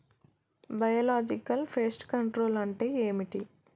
Biological pest control అంటే ఏమిటి?